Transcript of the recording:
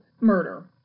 murder